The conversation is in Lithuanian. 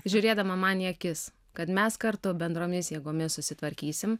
žiūrėdama man į akis kad mes kartu bendromis jėgomis susitvarkysim